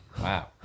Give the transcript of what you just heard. Wow